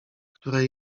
które